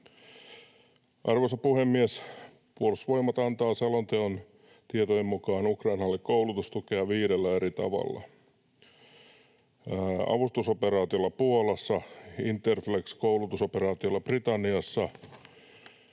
Arvoisa puhemies! Puolustusvoimat antaa selonteon tietojen mukaan Ukrainalle koulutustukea viidellä eri tavalla: avustusoperaatiolla Puolassa, Interflex-koulutusoperaatiolla Britanniassa,